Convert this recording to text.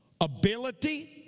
ability